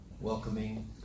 welcoming